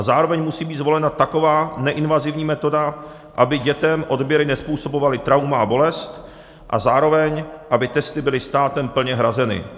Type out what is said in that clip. Zároveň musí být zvolena taková neinvazivní metoda, aby dětem odběry nezpůsobovaly trauma a bolest, a zároveň aby testy byly státem plně hrazeny.